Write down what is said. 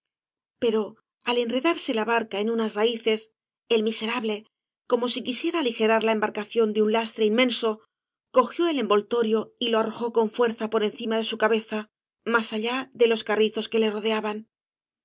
pero al enredarse la barca en uoas raíces el miserable como si quisiera aligerar la embarcación de un lastre inmenso cogió el envoltorio y lo arrojó con fuerza por encima de su cabeza más allá de los carrizos que le rodeaban